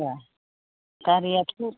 अ गारियाथ'